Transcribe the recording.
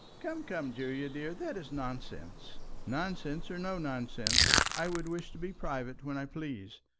come, come, julie, dear that is nonsense. nonsense or no nonsense, i would wish to be private when i please.